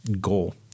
goal